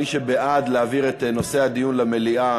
מי שבעד להעביר את נושא הדיון למליאה,